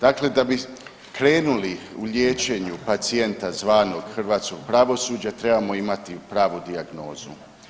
Dakle, da bi krenuli u liječenju pacijenta zvanog hrvatsko pravosuđe, trebamo imati pravu dijagnozu.